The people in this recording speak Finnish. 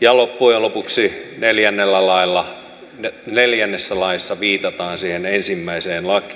ja loppujen lopuksi neljännessä laissa viitataan siihen ensimmäiseen lakiin